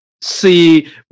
see